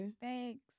Thanks